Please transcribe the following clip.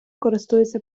користується